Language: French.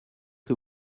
que